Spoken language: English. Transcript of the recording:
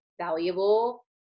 valuable